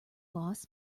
loss